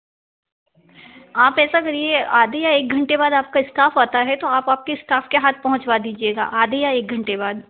आप ऐसा करिए आधे या एक घंटे बाद आपका स्टाफ आता है तो आप आपके स्टाफ के हाथ पहुँचवा दीजिएगा आधे या एक घंटे बाद